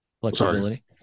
flexibility